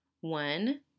One